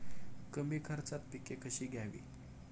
कमी खर्चात पिके कशी घ्यावी?